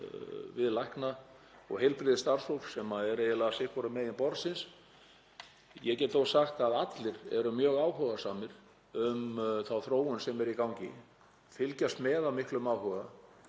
við lækna og heilbrigðisstarfsfólk sem er eiginlega sitt hvorum megin borðsins. Ég get þó sagt að allir eru mjög áhugasamir um þá þróun sem er í gangi, fylgjast með af miklum áhuga